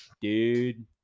dude